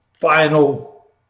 final